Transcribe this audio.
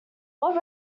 what